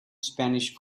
spanish